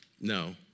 No